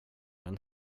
den